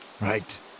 right